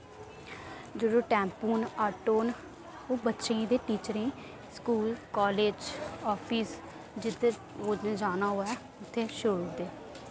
जेह्ड़े टैम्पू न आटो न ओह् बच्चें ही ते टीचरें ही स्कूल कालेज आफिस जिद्धर उ'नै जाना होऐ ते छोड़ू दे